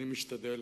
אני משתדל.